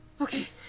okay